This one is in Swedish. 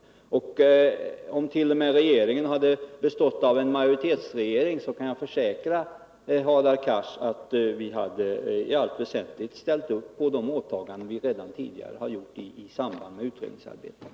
Jag kan försäkra Hadar Cars att vi, t.o.m. om regeringen hade varit en majoritetsregering, i allt väsentligt hade ställt upp för de åtaganden vi redan tidigare har gjort i samband med utredningsarbetet.